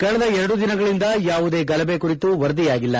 ಕಳೆದ ಎರಡು ದಿನಗಳಿಂದ ಯಾವುದೇ ಗಲಭೆ ಕುರಿತು ವರದಿಯಾಗಿಲ್ಲ